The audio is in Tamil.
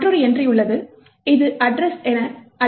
மற்றொரு என்ட்ரி உள்ளது இது அட்ரஸ் என அழைக்கப்படுகிறது